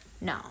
no